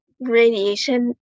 radiation